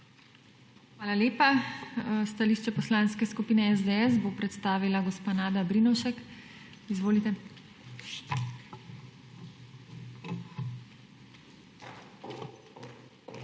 Hvala lepa. Stališče Poslanske skupine SDS bo predstavila gospa Nada Brinovšek. Izvolite. NADA